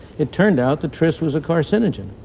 it turned out that tris was a carcinogen.